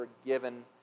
forgiven